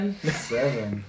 Seven